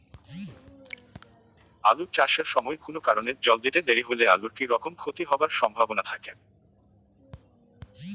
আলু চাষ এর সময় কুনো কারণে জল দিতে দেরি হইলে আলুর কি রকম ক্ষতি হবার সম্ভবনা থাকে?